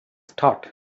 start